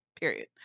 period